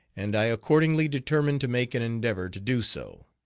and i accordingly determined to make an endeavor to do so,